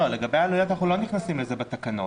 לגבי העלויות אנחנו לא נכנסים לזה בתקנות.